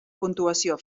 puntuació